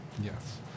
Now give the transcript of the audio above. yes